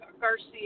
Garcia